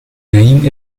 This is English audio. name